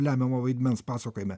lemiamo vaidmens pasakojime